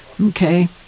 Okay